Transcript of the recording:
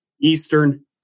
Eastern